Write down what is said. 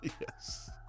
Yes